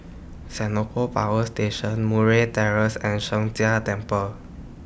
Senoko Power Station Murray Terrace and Sheng Jia Temple